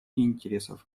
интересов